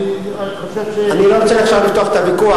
אני לא רוצה לפתוח את הוויכוח,